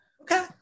okay